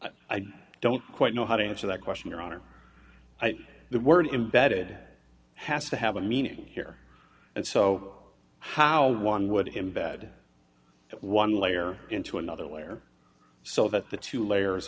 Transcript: right i don't quite know how to answer that question your honor i think the word embedded has to have a meaning here and so how one would embed one layer into another layer so that the two layers